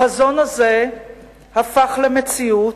החזון הזה הפך למציאות,